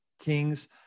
kings